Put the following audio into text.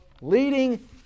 leading